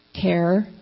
care